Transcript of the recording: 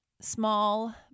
small